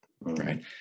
Right